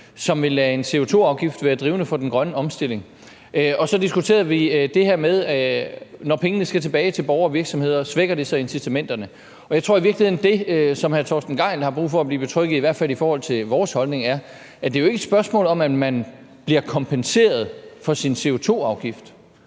som vil lade en CO2-afgift være drivende for den grønne omstilling. Og så diskuterede vi det her med, om det, når pengene skal tilbage til borgere og virksomheder, svækker incitamenterne. Jeg tror i virkeligheden, at det, som hr. Torsten Gejl har brug for at blive betrygget i, i hvert fald i forhold til vores holdning, er, at det jo ikke er et spørgsmål om, at man bliver kompenseret for sin CO2-afgift.